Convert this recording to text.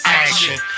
action